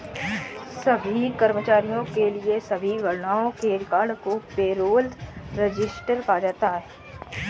सभी कर्मचारियों के लिए सभी गणनाओं के रिकॉर्ड को पेरोल रजिस्टर कहा जाता है